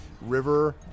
River